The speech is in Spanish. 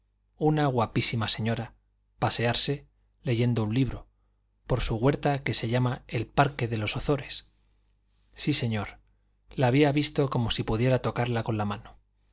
una guapísima señora pasearse leyendo un libro por su huerta que se llamaba el parque de los ozores sí señor la había visto como si pudiera tocarla con la mano